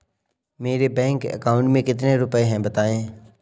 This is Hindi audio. मेरे बैंक अकाउंट में कितने रुपए हैं बताएँ?